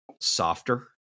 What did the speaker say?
softer